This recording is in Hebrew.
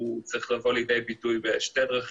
הוא צריך לבוא לידי ביטוי בשתי דרכים.